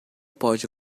pode